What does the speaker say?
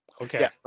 Okay